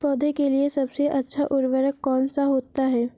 पौधे के लिए सबसे अच्छा उर्वरक कौन सा होता है?